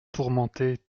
tourmenté